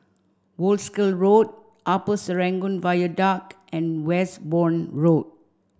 Wolskel Road Upper Serangoon Viaduct and Westbourne Road